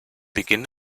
beginn